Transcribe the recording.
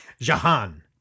Jahan